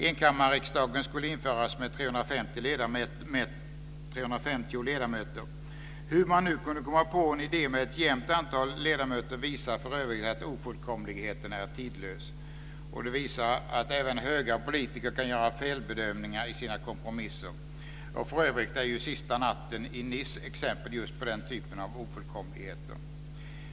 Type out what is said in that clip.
Enkammarriksdagen skulle införas med 350 ledamöter. Att man kunde komma på en idé med ett jämnt antal ledamöter visar för övrigt att ofullkomligheten är tidlös, och det visar att även höga politiker kan göra felbedömningar i sina kompromisser. För övrigt är sista natten i Nice exempel just på den typen av ofullkomligheter.